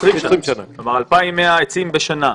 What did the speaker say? לא, הוא אומר 42,000. 42,000 ב-20 שנה.